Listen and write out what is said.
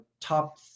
top